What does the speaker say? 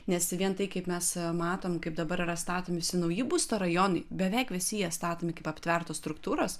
nes vien tai kaip mes matome kaip dabar yra statomi visi nauji būsto rajonai beveik visi jie statomi kaip aptvertos struktūros